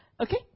Okay